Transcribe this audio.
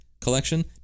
collection